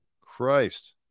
Christ